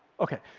okay.